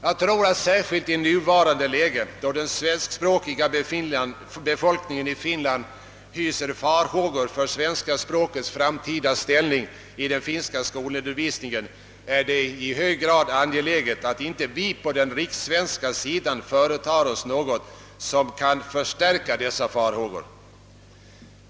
Jag tror att det särskilt i nuvarande läge, då den svenskspråkiga befolkningen i Finland hyser farhågor för svenska språkets framtida ställning i den finska skolundervisningen, i hög grad är angeläget att vi på den rikssvenska sidan inte företar oss något som kan förstärka dessa farhågor.